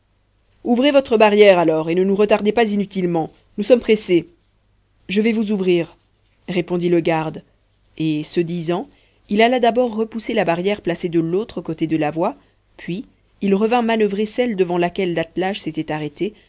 ouvrez votre barrière alors et ne nous retardez pas inutilement nous sommes pressés je vais vous ouvrir répondit le garde et ce disant il alla d'abord repousser la barrière placée de l'autre côté de la voie puis il revint manoeuvrer celle devant laquelle l'attelage s'était arrêté